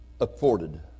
Afforded